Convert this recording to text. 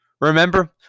Remember